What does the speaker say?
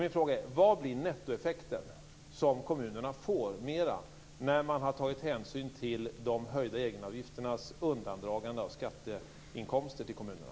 Min fråga är: Vad blir nettoeffekten för kommunerna, när man har tagit hänsyn till de höjda egenavgifternas undandragande av skatteinkomster till kommunerna?